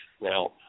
Now